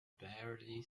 barely